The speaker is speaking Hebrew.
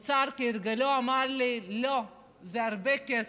האוצר כהרגלו אמר לי: לא, זה הרבה כסף.